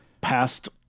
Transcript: past